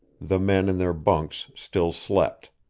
the men in their bunks still slept.